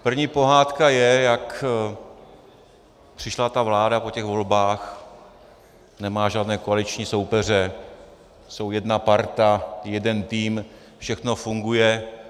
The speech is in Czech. První pohádka je, jak přišla ta vláda po těch volbách, nemá žádné koaliční soupeře, jsou jedna parta, jeden tým, všechno funguje.